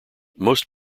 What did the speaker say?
most